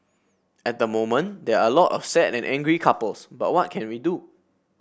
at the moment there are a lot of sad and angry couples but what can we do